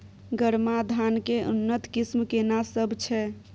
गरमा धान के उन्नत किस्म केना सब छै?